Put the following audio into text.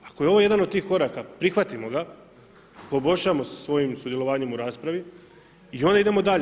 Ako je ovo jedan od tih koraka, prihvatimo ga, poboljšajmo svojim sudjelovanjem u raspravi i onda idemo dalje.